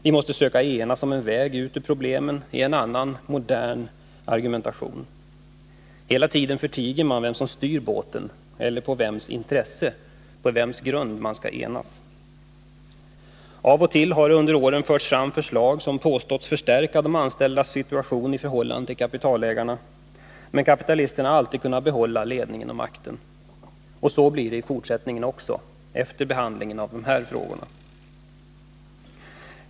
Vi måste söka enas om en väg ut ur problemen — det är en annan modern argumentation. Hela tiden förtiger man vem som styr båten eller på vems villkor man skall enas. Av och till har det förts fram förslag som påståtts förstärka situationen för de anställda i förhållande till kapitalägarna. Men kapitalisterna har alltid kunnat behålla ledningen och makten — och så blir det i fortsättningen också, efter behandlingen av dessa frågor.